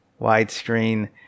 widescreen